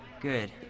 Good